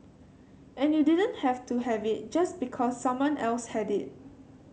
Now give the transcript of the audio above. and you didn't have to have it just because someone else had it